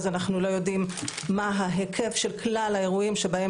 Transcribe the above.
אז אנחנו לא יודעים מה ההיקף של כלל האירועים שבהם